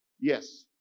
Yes